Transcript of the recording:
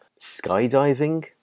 skydiving